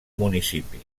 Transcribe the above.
municipi